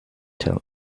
tell